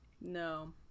No